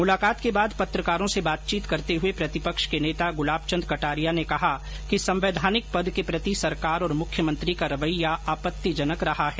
मुलाकात के बाद पत्रकारो से बातचीत करते हुये प्रतिपक्ष के नेता गुलाबचन्द कटारिया ने कहा कि संवैधानिक पद के प्रति सरकार और मुख्यमंत्री का रवैया आपत्तिजनक रहा है